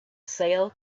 sale